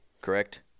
correct